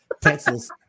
Texas